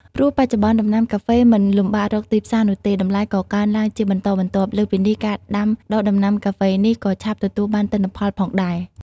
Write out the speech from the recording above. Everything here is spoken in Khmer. ព្រោះបច្ចុប្បន្នដំណាំកាហ្វេមិនលំបាករកទីផ្សារនោះទេ តម្លៃក៏កើនឡើងជាបន្តបន្ទាប់ លើសពីនេះការដាំដុះដំណាំកាហ្វេនេះ ក៏ឆាប់ទទួលបានទិន្នផលផងដែរ។